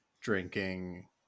drinking